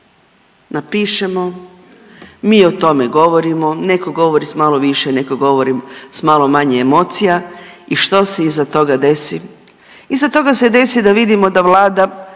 napišemo, mi o tome govorimo, neko govori s malo više, neko govori s malo manje emocija i što se iza toga desi. Iza toga se desi da vidimo da vlada